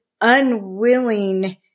unwilling